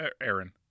Aaron